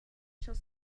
shall